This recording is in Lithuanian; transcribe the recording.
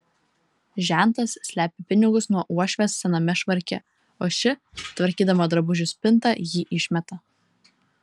žentas slepia pinigus nuo uošvės sename švarke o ši tvarkydama drabužių spintą jį išmeta